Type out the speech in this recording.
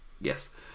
Yes